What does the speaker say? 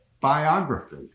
biography